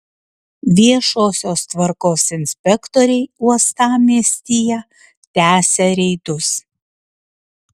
viešosios tvarkos inspektoriai uostamiestyje tęsia reidus